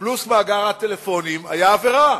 פלוס מאגר הטלפונים היה עבירה.